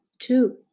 two